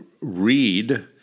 read